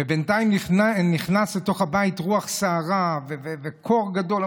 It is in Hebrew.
ובינתיים נכנסה לתוך הבית רוח סערה וקור גדול.